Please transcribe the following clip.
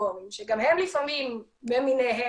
הצדדים להליך מנסים לעשות מאמץ לקדם את המשפט.